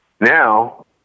Now